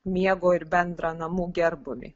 miego ir bendrą namų gerbūvį